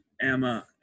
Emma